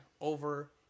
over